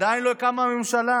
עדיין לא קמה הממשלה.